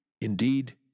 Indeed